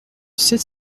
sept